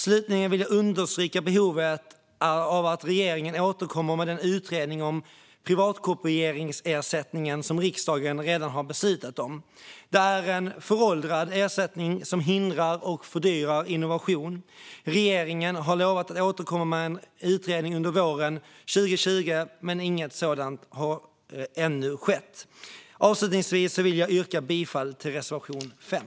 Slutligen vill jag understryka behovet av att regeringen återkommer med den utredning om privatkopieringsersättningen som riksdagen redan har beslutat om. Det är en föråldrad ersättning som hindrar och fördyrar innovation. Regeringen lovade att återkomma med en utredning under våren 2020, men inget sådant har ännu skett. Avslutningsvis yrkar jag bifall till reservation 5.